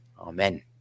Amen